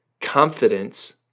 Confidence